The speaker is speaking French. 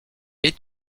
est